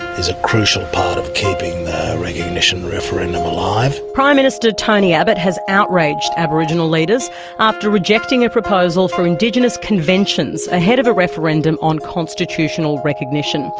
is a crucial part of keeping the recognition referendum alive. prime minister tony abbott has outraged aboriginal leaders after rejecting a proposal for indigenous conventions ahead of a referendum on constitutional recognition.